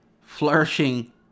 flourishing